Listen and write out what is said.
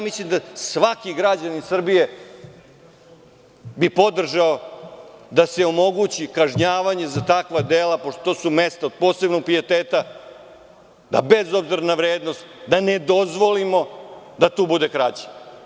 Mislim da svaki građanin Srbije bi podržao da se omogući kažnjavanje za takva dela, pošto to su mesta od posebnog pijeteta, da bez obzira na vrednost ne dozvolimo da tu bude krađa.